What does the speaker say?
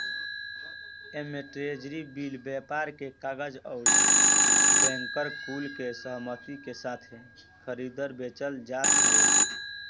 एमे treasury bill, व्यापार के कागज अउरी बैंकर कुल के सहमती के साथे खरीदल बेचल जात हवे